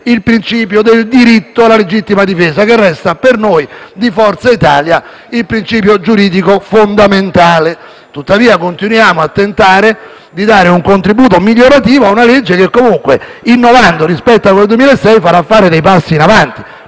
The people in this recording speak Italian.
il principio del diritto alla legittima difesa, che resta per noi di Forza Italia il principio giuridico fondamentale. Continuiamo tuttavia a tentare di dare un contributo migliorativo ad una legge che comunque, innovando rispetto a quella del 2006, farà fare dei passi in avanti.